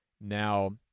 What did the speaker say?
now